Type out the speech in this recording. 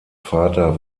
vater